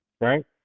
right